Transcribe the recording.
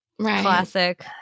Classic